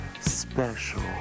special